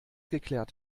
geklärt